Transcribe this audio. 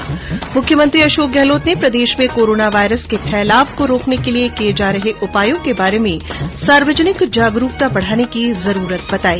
्म मुख्यमंत्री अशोक गहलोत ने प्रदेश में कोरोना वायरस के फैलाव को रोकने के लिए किए जा रहे उपायों के बारे में सार्वजनिक जागरूकता बढाने की जरूरत बताई